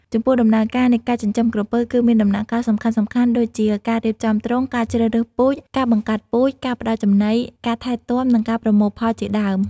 ចំពោះដំណើរការនៃការចិញ្ចឹមក្រពើ គឺមានដំណាក់កាលសំខាន់ៗដូចជា ការរៀបចំទ្រុង ការជ្រើសរើសពូជ ការបង្កាត់ពូជ ការផ្តល់ចំណី ការថែទាំ និងការប្រមូលផលជាដើម។